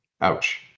ouch